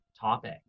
topic